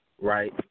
Right